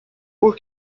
por